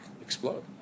explode